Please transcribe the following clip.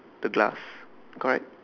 the glass correct